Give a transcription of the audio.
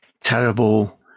terrible